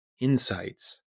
insights